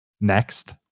next